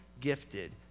gifted